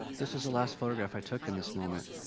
this is the last photograph i took in this moment.